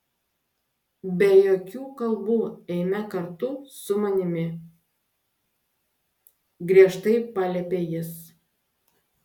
be jokių kalbų eime kartu su manimi griežtai paliepė jis